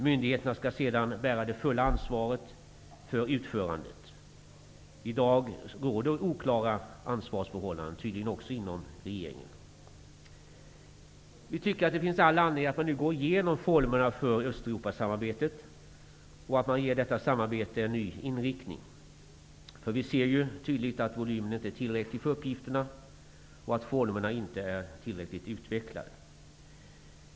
Myndigheterna skall sedan bära det fulla ansvaret för utförandet. I dag råder oklara ansvarsförhållanden, tydligen också inom regeringen. Vi tycker att det finns all anledning att man nu går igenom formerna för Östeuropasamarbetet och ger detta samarbete en ny inriktning. Vi ser ju tydligt att volymen inte är tillräcklig för uppgifterna och att formerna inte är tillräckligt utvecklade.